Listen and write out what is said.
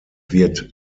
wird